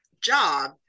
job